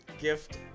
gift